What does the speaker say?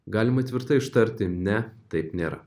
galima tvirtai ištarti ne taip nėra